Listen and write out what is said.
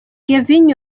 gervinho